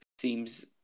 seems